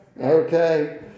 Okay